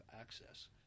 access